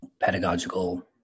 pedagogical